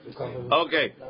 Okay